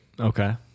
Okay